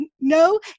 no